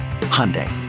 Hyundai